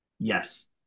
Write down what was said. yes